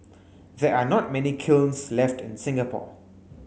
there are not many kilns left in Singapore